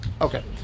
Okay